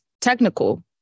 technical